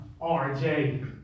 R-J